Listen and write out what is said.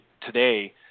today